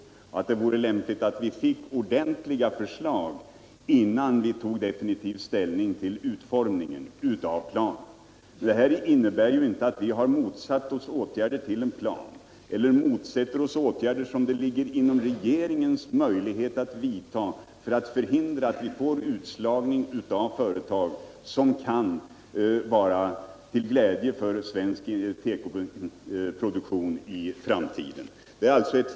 Vi har sagt att det vore lämpligt att vi fick förslag härom innan vi definitivt tar ställning till utformningen av planen. Det innebär självklart inte att vi har motsatt oss åtgärder för att åstadkomma en plan. Vi motsätter oss inte heller åtgärder som det ligger inom regeringens möjligheter att vidta för att förhindra att vi får en utslagning av företag som kan vara till glädje för svensk tekoproduktion i framtiden. Vi kräver sådana åtgärder.